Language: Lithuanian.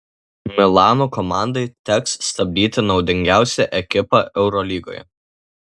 milano komandai teks stabdyti naudingiausią ekipą eurolygoje